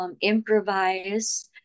improvise